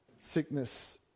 sickness